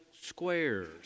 squares